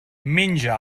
menja